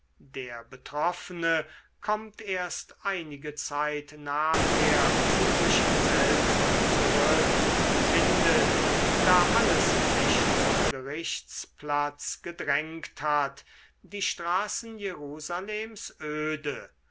der betroffene kommt erst einige zeit nachher zu sich selbst zurück findet da alles sich zum gerichtsplatz gedrängt hat die straßen jerusalems öde